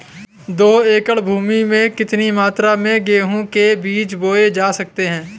दो एकड़ भूमि में कितनी मात्रा में गेहूँ के बीज बोये जा सकते हैं?